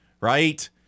right